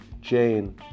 jane